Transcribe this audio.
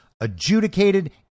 adjudicated